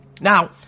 Now